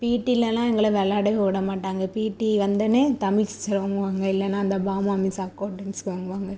பிடிலலாம் எங்களை வெளாடவே விட மாட்டாங்க பிடி வந்தடோன்னே தமிழ் சிஸ்டர் வாங்குவாங்க இல்லைன்னா அந்த பாமா மிஸ் அக்கௌண்டண்ஸ் வாங்குவாங்க